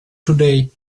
today